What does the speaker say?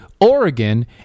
Oregon